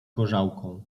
gorzałką